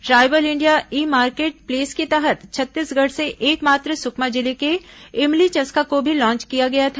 tribal India e marketplace के तहत छत्तीसगढ़ से एकमात्र सुकमा जिले के इमली चस्का को भी लॉन्च किया गया था